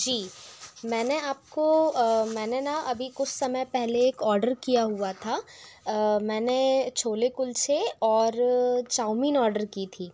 जी मैंने आपको मैंने न अभी कुछ समय पहले एक ऑर्डर किया हुआ था मैंने छोले कुल्चे और चाऊमीन ऑर्डर की थी